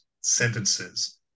sentences